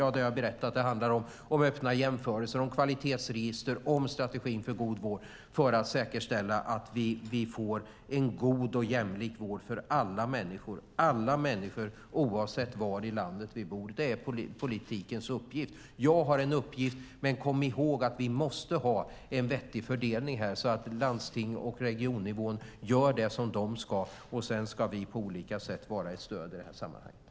Jag har berättat att det handlar bland annat om öppna jämförelser, om kvalitetsregister och strategin för god vård för att säkerställa att vi får en god och jämlik vård för alla människor oavsett var i landet de bor. Det är politikens uppgift. Jag har en uppgift, men kom ihåg att vi måste ha en vettig fördelning så att landstings och regionnivån gör det som de ska göra. Sedan ska vi på olika sätt vara ett stöd.